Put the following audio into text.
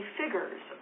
figures